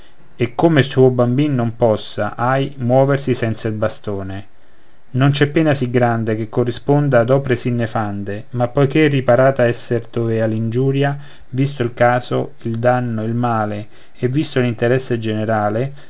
e come il suo bambin non possa ahi moversi senza bastone non c'è pena sì grande che corrisponda ad opre sì nefande ma poi che riparata esser dovea l'ingiuria visto il caso il danno il male e visto l'interesse generale